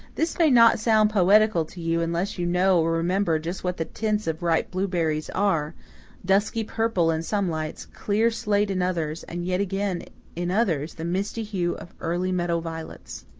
this may not sound poetical to you unless you know or remember just what the tints of ripe blueberries are dusky purple in some lights, clear slate in others, and yet again in others the misty hue of early meadow violets.